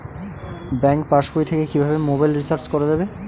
Bank পাশবই থেকে কিভাবে মোবাইল রিচার্জ করা যাবে?